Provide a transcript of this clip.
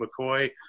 McCoy